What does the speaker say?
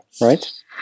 Right